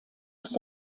ist